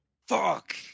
Fuck